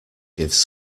gives